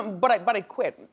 but i'd but ah quit.